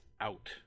out